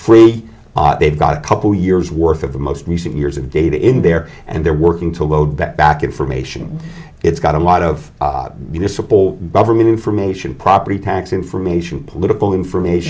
free they've got a couple years worth of the most recent years of data in there and they're working to load back information it's got a lot of municipal government information property tax information political information